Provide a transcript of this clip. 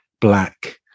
black